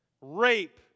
rape